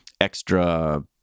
extra